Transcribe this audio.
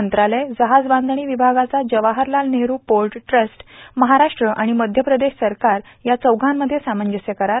मंत्रालय जहाज बांधणी विभागाचा जवाहरलाल नेहरू पोर्ट ट्रस्ट महाराष्ट्र आणि मध्य प्रदेश सरकार या चौघांमध्ये सामंजस्य करार